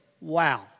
Wow